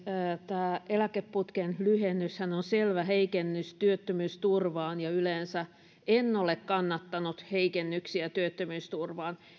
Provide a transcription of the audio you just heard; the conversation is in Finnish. tämä eläkeputken lyhennyshän on selvä heikennys työttömyysturvaan ja yleensä en ole kannattanut heikennyksiä työttömyysturvaan